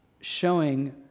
showing